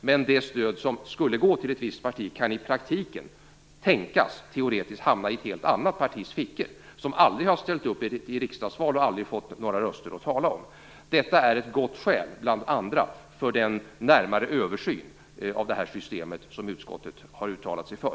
Men det stöd som skulle gå till ett visst parti kan i praktiken tänkas hamna i ett annat partis fickor, ett parti som aldrig ställt upp i riksdagsval och aldrig fått några röster att tala om. Detta är ett gott skäl, bl.a., för den närmare översyn av systemet som utskottet har uttalat sig för.